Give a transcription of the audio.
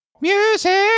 Music